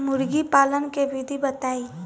मुर्गी पालन के विधि बताई?